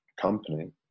company